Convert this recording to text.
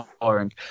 boring